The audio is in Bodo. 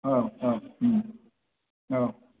औ औ औ